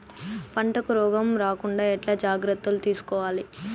పంటకు రోగం రాకుండా ఎట్లా జాగ్రత్తలు తీసుకోవాలి?